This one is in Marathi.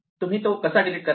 तुम्ही तो कसा डिलीट कराल